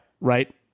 Right